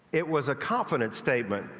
it was a confident statement.